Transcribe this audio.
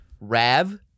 Rav